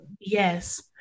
Yes